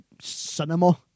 cinema